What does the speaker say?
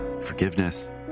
forgiveness